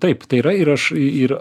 taip tai yra ir aš ir